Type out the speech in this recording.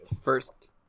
First